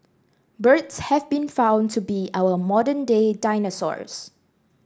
birds have been found to be our modern day dinosaurs